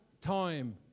time